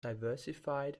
diversified